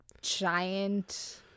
giant